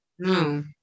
No